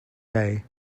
day